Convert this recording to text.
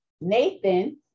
Nathan